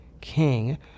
king